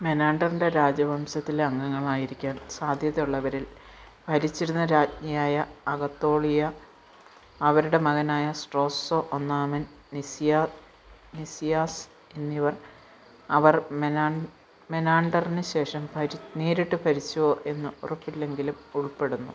മെനാൻഡറിൻ്റെ രാജവംശത്തിലെ അംഗങ്ങളായിരിക്കാൻ സാധ്യതയുള്ളവരിൽ ഭരിച്ചിരുന്ന രാജ്ഞിയായ അഗതോക്ലിയ അവരുടെ മകനായ സ്ട്രാറ്റോ ഒന്നാമൻ നിസിയാ നിസിയസ് എന്നിവർ അവർ മെനാ മെനാൻഡറിന് ശേഷം ഭ നേരിട്ട് ഭരിച്ചുവോ എന്ന് ഉറപ്പില്ലെങ്കിലും ഉൾപ്പെടുന്നു